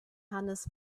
hannes